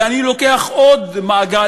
ואני לוקח עוד מעגל,